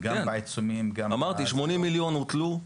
כן, אמרתי: עיצומים בסך 80 מיליון ש"ח הוטלו,